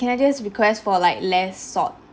can I just request for like less salt